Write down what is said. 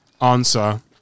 answer